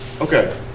Okay